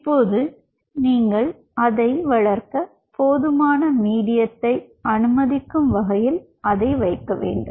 இப்போது நீங்கள் அதை வளர்க்க போதுமான மீடியத்தை அனுமதிக்கும் வகையில் அதை வைக்க வேண்டும்